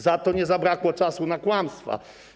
Za to nie zabrakło czasu na kłamstwa.